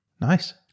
Nice